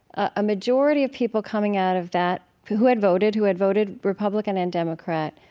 a majority of people coming out of that who who had voted who had voted republican and democrat,